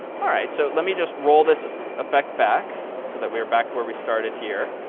all right, so let me just roll this effect back so that we're back where we started here.